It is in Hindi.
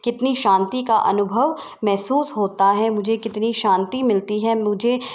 कितनी शांति का अनुभव महसूस होता है मुझे कितनी शांति मिलती है मुझे